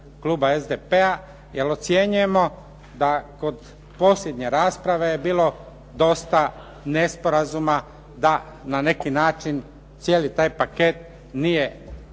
kluba SDP-a jer ocjenjujemo da kod posljednje rasprave je bilo dosta nesporazuma da na neki način cijeli taj paket nije